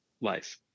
life